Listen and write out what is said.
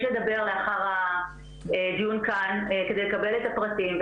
לדבר לאחר הדיון כאן כדי לקבל את הפרטים,